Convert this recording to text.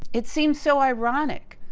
it seems so ironic.